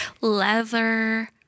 leather